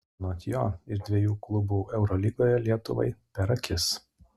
anot jo ir dviejų klubų eurolygoje lietuvai per akis